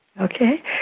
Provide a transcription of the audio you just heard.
okay